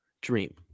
dream